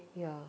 ya